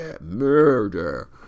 Murder